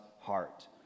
heart